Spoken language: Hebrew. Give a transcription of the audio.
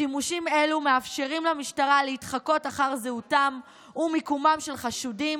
שימושים אלו מאפשרים למשטרה להתחקות אחר זהותם ומיקומם של חשודים